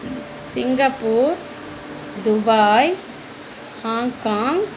Singapore Dubai Hong Kong